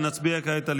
נצביע כעת על